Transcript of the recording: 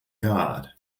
god